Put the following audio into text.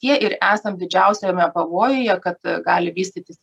tie ir esam didžiausiame pavojuje kad gali vystytis